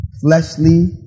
fleshly